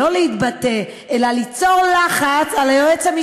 לא התייחסתם לחוות דעת שלו?